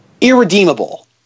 Irredeemable